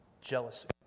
jealousy